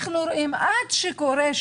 אני אשמח לקבל,